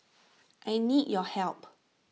I need your help